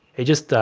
he just